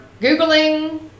Googling